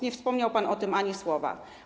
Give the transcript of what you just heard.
Nie wspomniał pan o tym ani słowa.